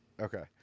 okay